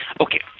Okay